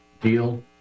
deal